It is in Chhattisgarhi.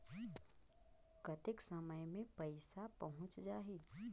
कतेक समय मे पइसा पहुंच जाही?